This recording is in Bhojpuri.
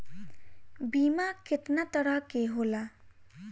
बीमा केतना तरह के होला?